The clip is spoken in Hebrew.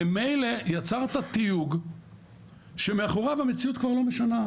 ממילא יצרת תיוג שמאחוריו המציאות כבר לא משנה,